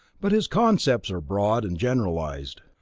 but his concepts are broad and generalized.